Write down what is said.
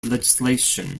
legislation